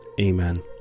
Amen